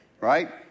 right